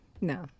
no